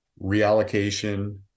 reallocation